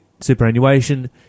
superannuation